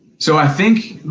so, i think,